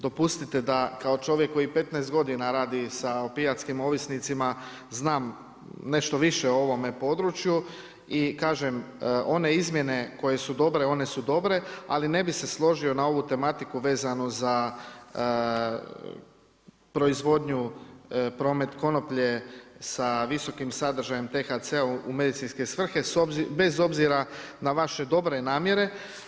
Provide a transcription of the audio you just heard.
dopustite da kao čovjek koji 15 godina radi sa opijatskim ovisnicima znam nešto više o ovome području i kažem one izmjene koje su dobre, one su dobre, ali ne bih se složio na ovu tematiku vezano za proizvodnju, promet konoplje sa visokim sadržajem thca u medicinske svrhe bez obzira na vaše dobre namjere.